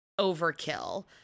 overkill